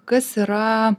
kas yra